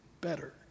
better